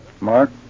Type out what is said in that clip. Mark